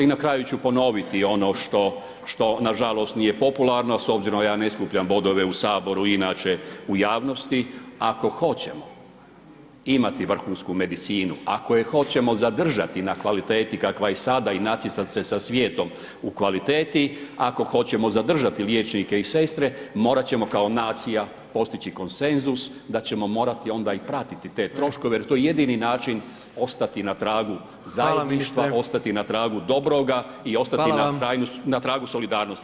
I na kraju ću ponoviti ono što nažalost nije popularno, a s obzirom ja ne skupljam bodove u Saboru inače u javnosti, ako hoćemo imati vrhunsku medicinu, ako je hoćemo zadržati na kvaliteti kakva je sada i natjecati se sa svijetom u kvaliteti, ako hoćemo zadržati liječnike i sestre morati ćemo kao nacija postići konsenzus da ćemo morati onda i pratiti te troškove jer to je jedini način ostati na tragu zajedništva, ostati na tragu dobroga i ostati na tragu solidarnosti.